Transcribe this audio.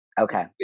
okay